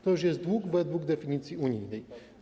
To już jest dług według definicji unijnej.